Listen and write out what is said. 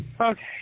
Okay